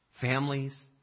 families